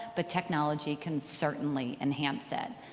but technology can certainly enhance that.